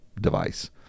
device